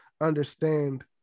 understand